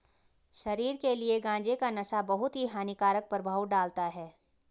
शरीर के लिए गांजे का नशा बहुत ही हानिकारक प्रभाव डालता है